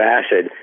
acid